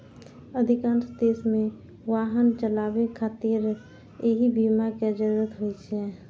अधिकांश देश मे वाहन चलाबै खातिर एहि बीमा के जरूरत होइ छै